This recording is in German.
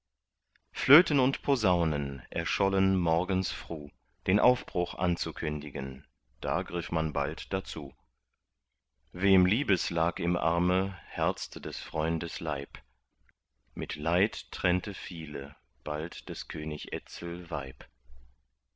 flöten und posaunen erschollen morgens fruh den aufbruch anzukündigen da griff man bald dazu wem liebes lag im arme herzte des freundes leib mit leid trennte viele bald des könig etzel weib